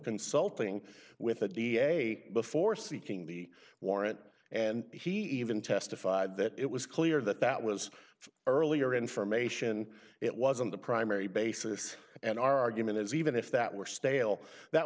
consulting with a da before seeking the warrant and he even testified that it was clear that that was earlier information it wasn't the primary basis and our argument is even if that were stale that